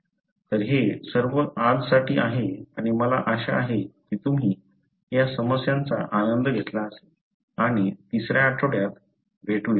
तर हे सर्व आजसाठी आहे आणि मला आशा आहे की तुम्ही या समस्यांचा आनंद घेतला असेल आणि तिसऱ्या आठवड्यात भेटू